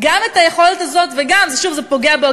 ושוב זה פוגע בו.